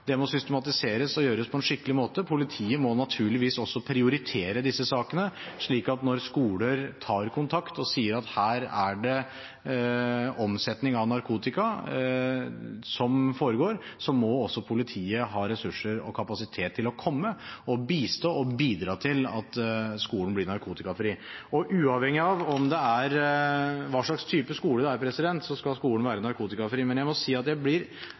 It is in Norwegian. det må systematiseres og gjøres på en skikkelig måte. Politiet må naturligvis også prioritere disse sakene, slik at når skoler tar kontakt og sier at her er det omsetning av narkotika som foregår, så må også politiet ha ressurser og kapasitet til å komme og bistå og bidra til at skolen blir narkotikafri. Uavhengig av hva slags type skole det er, skal skolen være narkotikafri, men jeg må si at